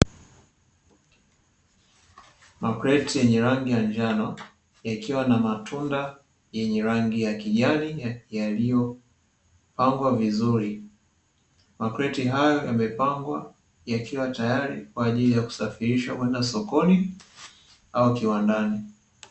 Makreti yenye rangi ya njano, yakiwa na matunda yenye rangi ya kijani yaliyopangwa vizuri. Makreti hayo yamepangwa yakiwa tayari, kwa ajili ya kusafirishwa kwenda sokoni au kiwandani.